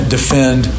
defend